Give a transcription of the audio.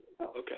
Okay